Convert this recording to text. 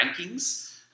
rankings